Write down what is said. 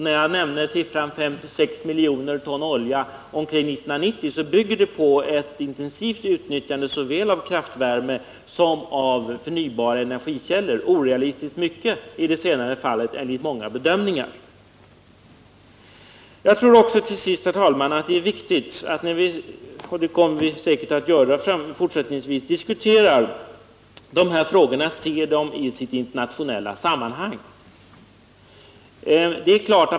När jag nämner siffran 5-6 miljoner ton olja omkring 1990, bygger detta antagande på ett intensivt utnyttjande av såväl kraftvärme som förnybara energikällor, i det senare fallet orealistiskt utnyttjat enligt många bedömningar. Till sist vill jag säga, herr talman, att jag tror att det är viktigt att vi när vi diskuterar dessa frågor också ser dem i ett internationellt sammanhang.